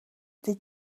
did